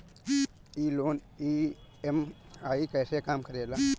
ई loan EMI कईसे काम करेला?